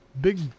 big